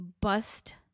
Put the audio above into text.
bust